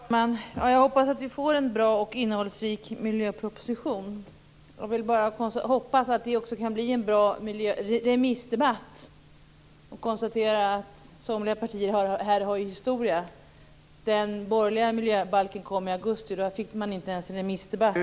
Herr talman! Jag hoppas att vi får en bra och innehållsrik miljöproposition. Jag kan bara hoppas att det också kan bli en bra remissdebatt. Här konstaterar jag att somliga partier har en historia. Den borgerliga miljöbalken kom i augusti, och då fick man inte ens en remissdebatt.